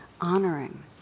honoring